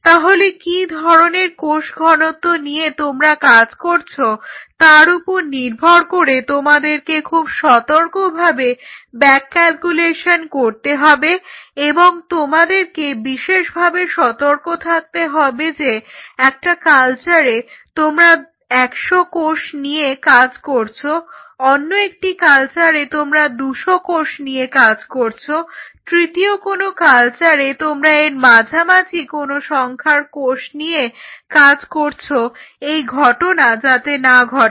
তাহলে কি ধরনের কোষ ঘনত্ব নিয়ে তোমরা কাজ করছো তার উপর নির্ভর করে তোমাদেরকে খুব সতর্কভাবে ব্যাক ক্যালকুলেশন করতে হবে এবং তোমাদেরকে বিশেষভাবে সতর্ক থাকতে হবে যে একটা কালচারে তোমরা 100 কোষ নিয়ে কাজ করছ অন্য একটি কালচারে তোমরা 200 কোষ নিয়ে কাজ করছ তৃতীয় কোনো কালচারে তোমরা এর মাঝামাঝি কোন সংখ্যার কোষ নিয়ে কাজ করছ এই ঘটনা যাতে না ঘটে